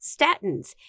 statins